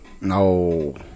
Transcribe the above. No